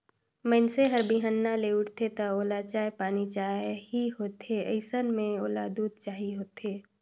मइनसे हर बिहनहा ले उठथे त ओला चाय पानी चाही होथे अइसन म ओला दूद चाही होथे